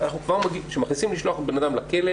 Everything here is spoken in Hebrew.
כשמחליטים לשלוח אדם לכלא,